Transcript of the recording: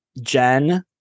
Jen